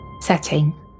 Setting